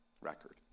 record